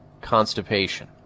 constipation